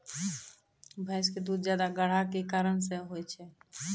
भैंस के दूध ज्यादा गाढ़ा के कि कारण से होय छै?